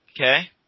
Okay